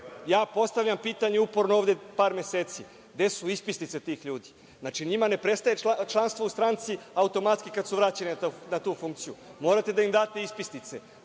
Postavljam pitanje uporno ovde par meseci, gde su ispisnice tih ljudi? Znači, njima ne prestaje članstvo u stranci automatski kada su vraćeni na tu funkciju. Morate da im date ispisnice.